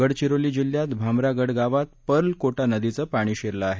गडचिरोली जिल्ह्यात भामरागड गावात पर्लकोटा नदीचं पाणी शिरलं आहे